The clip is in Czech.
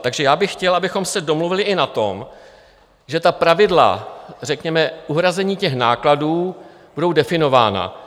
Takže já bych chtěl, abychom se domluvili i na tom, že pravidla řekněme uhrazení nákladů budou definována.